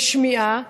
לשמיעה,